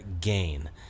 gain